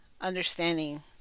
understanding